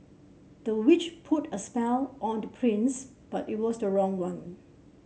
the witch put a spell on the prince but it was the wrong one